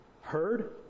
heard